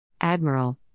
Admiral